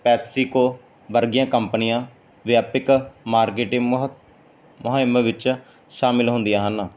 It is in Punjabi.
ਪੈਪਸੀਕੋ ਵਰਗੀਆਂ ਕੰਪਨੀਆਂ ਵਿਆਪਕ ਮਾਰਕੀਟ ਮੁਹ ਮੁਹਿੰਮ ਵਿੱਚ ਸ਼ਾਮਿਲ ਹੁੰਦੀਆਂ ਹਨ